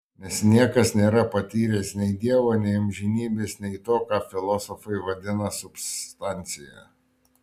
nes niekas nėra patyręs nei dievo nei amžinybės nei to ką filosofai vadina substancija